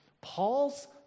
Paul's